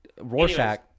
Rorschach